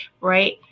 right